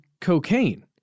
cocaine